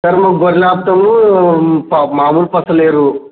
sir మేము గొర్రెలు ఆపుతాము మాములు పచ్చలేరు